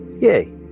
Yay